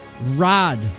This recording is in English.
rod